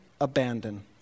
abandon